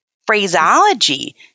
phraseology